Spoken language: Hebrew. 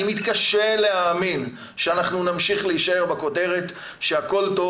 אני מתקשה להאמין שאנחנו נמשיך להישאר בכותרת שהכול טוב